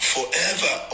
Forever